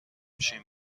شیم